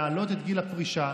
להעלות את גיל הפרישה,